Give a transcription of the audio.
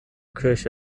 kirche